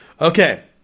Okay